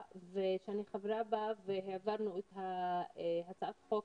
אני מבינה שיש התקדמות,